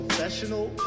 Professional